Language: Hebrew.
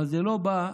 אבל זה לא בא,